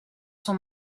son